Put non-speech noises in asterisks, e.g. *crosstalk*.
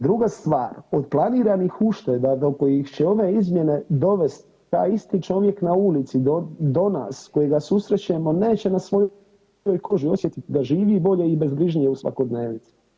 Druga stvar, od planiranih ušteda do kojih će ove izmjene dovesti, taj isti čovjek na ulici do nas, kojega susrećemo, neće na svoju ... [[Govornik se ne čuje.]] koži osjetit da živi bolje i bez ... *unintelligible* u svakodnevnici.